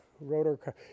rotor